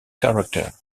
character